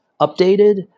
updated